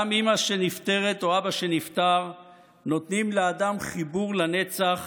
גם אימא שנפטרת או אבא שנפטר נותנים לאדם חיבור לנצח